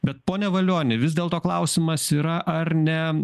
bet pone valioni vis dėlto klausimas yra ar ne